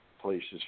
places